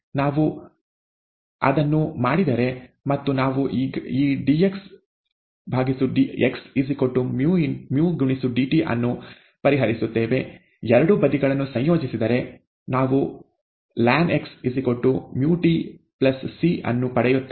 ನಾವು ಅದನ್ನು ಮಾಡಿದರೆ ಮತ್ತು ನಾವು ಈ dxx µdt ಅನ್ನು ಪರಿಹರಿಸುತ್ತೇವೆ ಎರಡೂ ಬದಿಗಳನ್ನು ಸಂಯೋಜಿಸಿದರೆ ನಾವು lnx µt c ಅನ್ನು ಪಡೆಯುತ್ತೇವೆ